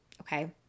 okay